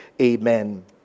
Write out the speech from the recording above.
Amen